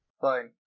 Fine